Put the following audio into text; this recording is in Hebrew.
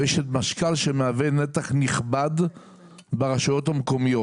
ויש את משכ"ל שמהווה נתח נכבד ברשויות המקומיות.